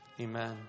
amen